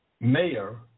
mayor